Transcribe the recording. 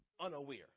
unaware